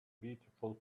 beautiful